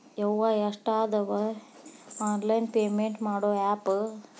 ಯವ್ವಾ ಎಷ್ಟಾದವೇ online payment ಮಾಡೋ ಆಪ್